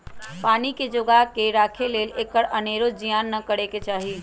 पानी के जोगा कऽ राखे लेल एकर अनेरो जियान न करे चाहि